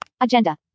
Agenda